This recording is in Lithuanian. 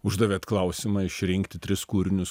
uždavėt klausimą išrinkti tris kūrinius